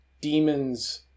demons